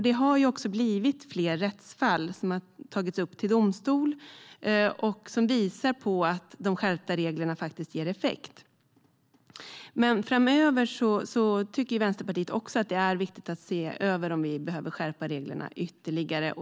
Det har blivit fler rättsfall som har tagits upp i domstol, och det visar på att de skärpta reglerna ger effekt. Vänsterpartiet tycker dock att det är viktigt att vi framöver ser om vi behöver skärpa reglerna ytterligare.